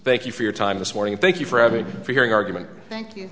thank you for your time this morning thank you for having for hearing argument thank you